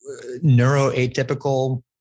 neuroatypical